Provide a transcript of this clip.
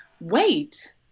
wait